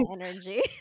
energy